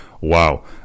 Wow